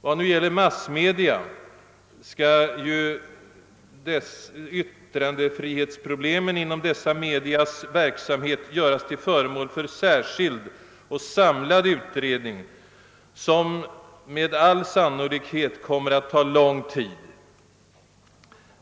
Vad gäller massmedia skall emellertid yttrandefrihetsproblemen inom dessa medias verksamhet göras till föremål för särskild och samlad utredning, som med all sannolikhet kommer att ta lång tid.